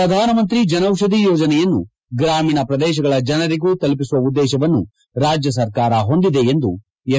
ಪ್ರಧಾನ ಮಂತ್ರಿ ಜನೌಷಧಿ ಯೋಜನೆಯನ್ನು ಗ್ರಾಮೀಣ ಪ್ರದೇಶಗಳ ಜನರಿಗೂ ತಲುಪಿಸುವ ಉದ್ದೇಶವನ್ನು ರಾಜ್ಯ ಸರ್ಕಾರ ಹೊಂದಿದೆ ಎಂದು ಎಸ್